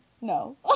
No